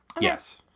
Yes